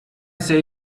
say